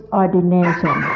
ordination